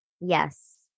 Yes